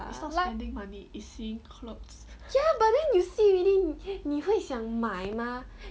ya but then you see already 你会想买 mah